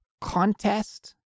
contest